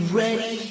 ready